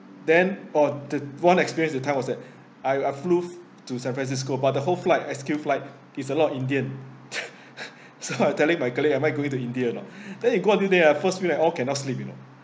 then orh the one experience that time was that I I flew to san francisco but the whole flight S Q flight is a lot of indian so I kept telling my colleague am I going to india or not then you go until there ah first week at all cannot sleep you know